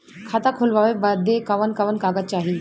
खाता खोलवावे बादे कवन कवन कागज चाही?